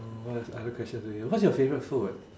mm what is other question do you what's your favourite food